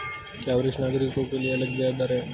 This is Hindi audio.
क्या वरिष्ठ नागरिकों के लिए अलग ब्याज दर है?